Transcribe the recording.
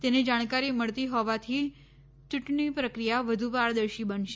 તેની જાણકારી મળતી હોવાથી ચૂંટણી પ્રક્રિયા વધુ પારદર્શિ બનશે